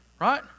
Right